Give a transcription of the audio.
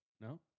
No